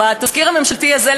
ובתזכיר החוק הממשלתי הזה,